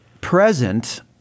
present